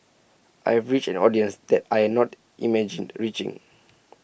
I reached an audience that I had not imagined reaching